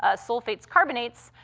ah sulfates, carbonates.